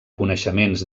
coneixements